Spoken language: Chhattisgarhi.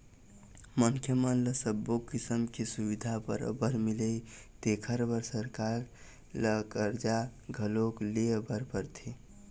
मनखे मन ल सब्बो किसम के सुबिधा बरोबर मिलय तेखर बर सरकार ल करजा घलोक लेय बर परथे